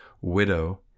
widow